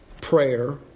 prayer